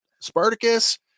Spartacus